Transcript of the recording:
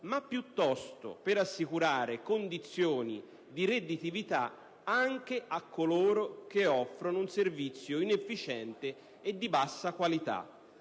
ma piuttosto per assicurare condizioni di redditività anche a coloro che offrono un servizio inefficiente e di bassa qualità.